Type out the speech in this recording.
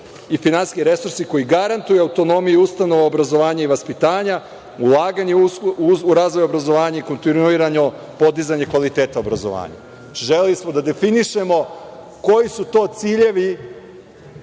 i finansijski resursi koji garantuje autonomiju i ustavno obrazovanje i vaspitanja, ulaganja u razvoj obrazovanja i kontinuirano podizanje kvaliteta obrazovanja. Znači, želeli smo da definišemo koji su to ciljevi